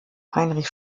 heinrich